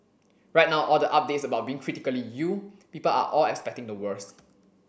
right now all the updates about being critically ill people are all expecting the worse